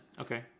okay